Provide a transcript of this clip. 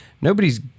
nobody's